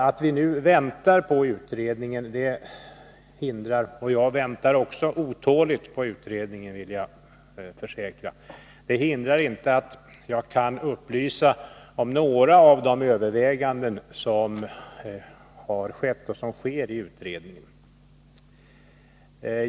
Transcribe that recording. Att vi väntar på utredningen — jag vill försäkra att även jag väntar otåligt på den — hindrar inte att jag kan upplysa om några av de överväganden som har skett och sker i utredningen.